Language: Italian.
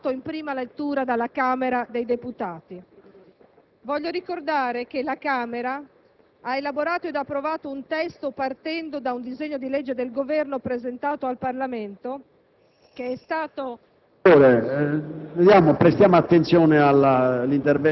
complesso provvedimento di 35 articoli, già approvato in prima lettura dalla Camera dei deputati. Voglio ricordare che la Camera ha elaborato ed approvato un testo partendo da un disegno di legge del Governo presentato al Parlamento